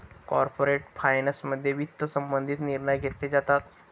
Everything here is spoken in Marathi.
कॉर्पोरेट फायनान्समध्ये वित्त संबंधित निर्णय घेतले जातात